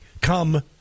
come